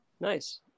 Nice